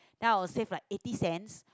ya I will save like eighty cents